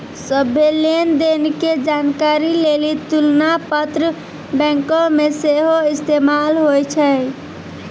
सभ्भे लेन देन के जानकारी लेली तुलना पत्र बैंको मे सेहो इस्तेमाल होय छै